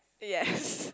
yes